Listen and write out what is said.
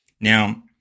Now